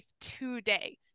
today